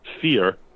fear